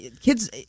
Kids